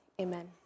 amen